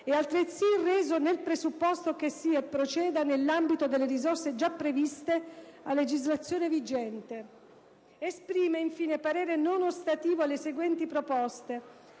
è altresì reso nel presupposto che si proceda nell'ambito delle risorse già previste a legislazione vigente. Esprime, infine, parere non ostativo sulle restanti proposte.